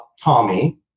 Tommy